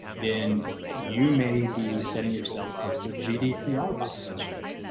then you may be setting yourself up for gdpr violations.